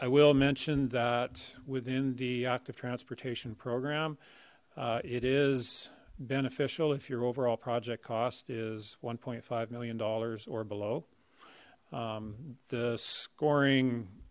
i will mention that within the active transportation program it is beneficial if your overall project cost is one point five million dollars or the scoring